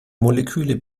moleküle